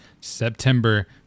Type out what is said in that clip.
September